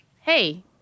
hey